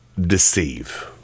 deceive